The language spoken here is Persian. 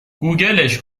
گوگلش